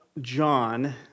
John